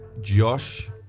Josh